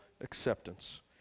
acceptance